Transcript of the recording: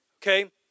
Okay